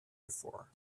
before